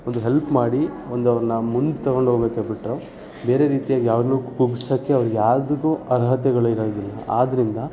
ಒಂದು ಹೆಲ್ಪ್ ಮಾಡಿ ಒಂದು ಅವ್ರನ್ನ ಮುಂದೆ ತೊಗೊಂಡೋಗ್ಬೇಕು ಬಿಟ್ಟು ಬೇರೆ ರೀತಿಯಾಗಿ ಯಾರ್ನೂ ಕುಗ್ಸೋಕ್ಕೆ ಅವ್ರು ಯಾರಿಗು ಅರ್ಹತೆಗಳು ಇರೋದಿಲ್ಲ ಆದ್ದರಿಂದ